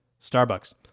Starbucks